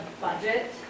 budget